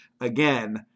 again